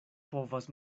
povas